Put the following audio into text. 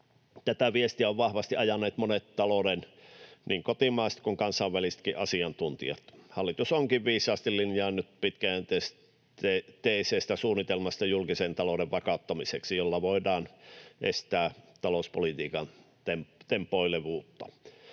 Tätä viestiä ovat vahvasti ajaneet monet talouden niin kotimaiset kuin kansainvälisetkin asiantuntijat. Hallitus onkin viisaasti linjannut pitkäjänteisestä suunnitelmasta julkisen talouden vakauttamiseksi, jolla voidaan estää talouspolitiikan tempoilevuutta.